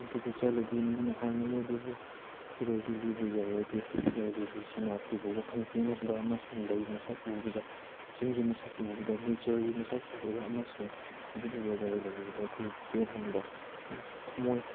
ꯑꯗꯨꯗ ꯆꯠꯂꯗꯤ ꯃꯤꯅ ꯍꯥꯏꯅꯩ ꯑꯗꯨꯕꯨ ꯁꯤꯔꯣꯏ ꯂꯤꯂꯤꯕꯨ ꯌꯧꯔꯗꯤ ꯁꯤꯔꯣꯏ ꯂꯤꯂꯤꯁꯤꯅ ꯑꯩꯈꯣꯏꯕꯨ ꯋꯥꯈꯟ ꯄꯦꯜꯍꯟꯕ ꯑꯃꯁꯨꯡ ꯂꯩ ꯃꯁꯛ ꯎꯕꯗ ꯆꯤꯡꯒꯤ ꯃꯁꯛ ꯎꯕꯗ ꯅꯦꯆꯔꯒꯤ ꯃꯁꯛ ꯎꯕꯗ ꯑꯃꯁꯨꯡ ꯑꯗꯨꯒ ꯋꯦꯗꯔ ꯂꯩꯕꯗ ꯑꯩꯈꯣꯏ ꯄꯦꯜꯍꯟꯕ ꯑꯃꯁꯨꯡ ꯊꯝꯃꯣꯏ